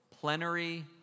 plenary